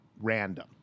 random